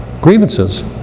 grievances